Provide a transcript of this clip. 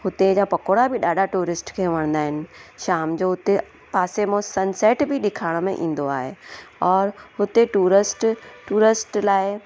हुते जा पकौड़ा बि ॾाढा टूरिस्ट खे वणंदा आहिनि शाम जो हुते पासे में सनसैट बि ॾिखाण में ईंदो आहे और हुते टूरस्ट टूरस्ट लाइ